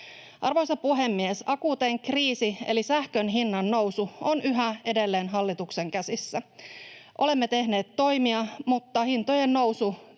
Arvoisa puhemies! Akuutein kriisi eli sähkön hinnannousu on yhä edelleen hallituksen käsissä. Olemme tehneet toimia, mutta hintojen nousu